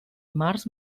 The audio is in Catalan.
març